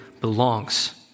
belongs